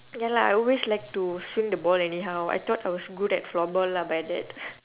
ya lah I always like to swing the ball anyhow I thought I was good at floorball lah but then